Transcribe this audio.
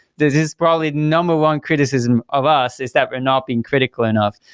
this is probably number one criticism of us is that we're not being critical enough.